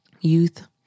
Youth